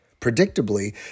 Predictably